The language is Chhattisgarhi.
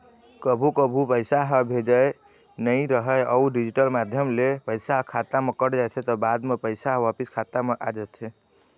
कभू कभू पइसा ह भेजाए नइ राहय अउ डिजिटल माध्यम ले पइसा ह खाता म कट जाथे त बाद म पइसा ह वापिस खाता म आ जाथे